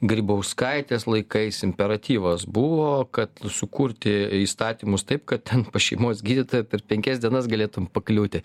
grybauskaitės laikais imperatyvas buvo kad sukurti įstatymus taip kad ten pas šeimos gydytoją per penkias dienas galėtum pakliūti